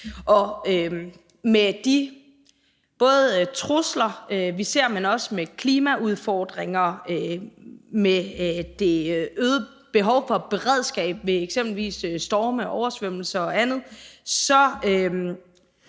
med de trusler, vi ser, men også med klimaudfordringer og med det øgede behov for beredskab ved eksempelvis storme, oversvømmelser og andet så